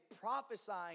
prophesying